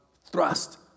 thrust